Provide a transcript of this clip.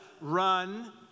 run